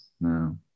no